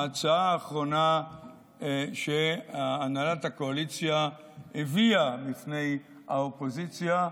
ההצעה האחרונה שהנהלת הקואליציה הביאה בפני האופוזיציה,